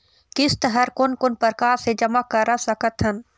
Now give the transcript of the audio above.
किस्त हर कोन कोन प्रकार से जमा करा सकत हन?